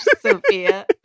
Sophia